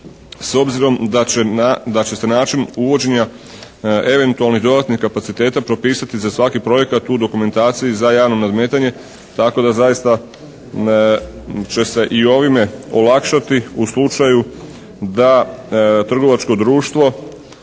S obzirom da će, da će se način uvođenja eventualnih dodatnih kapaciteta propisati za svaki projekat u dokumentaciji za javno nadmetanje tako da zaista će se i ovime olakšati u slučaju da trgovačko društvo